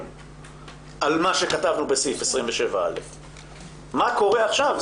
על מה שכתבנו בסעיף 27א. מה קורה עכשיו?